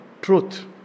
truth